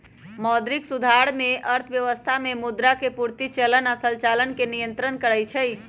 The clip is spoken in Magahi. मौद्रिक सुधार में अर्थव्यवस्था में मुद्रा के पूर्ति, चलन आऽ संचालन के नियन्त्रण करइ छइ